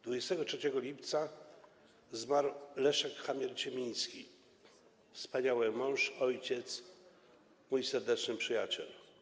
23 lipca zmarł Leszek Chamier-Ciemiński - wspaniały mąż, ojciec, mój serdeczny przyjaciel.